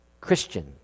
Christian